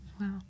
Wow